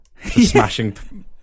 Smashing